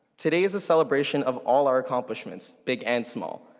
today is a celebration of all our accomplishments, big and small.